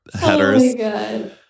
headers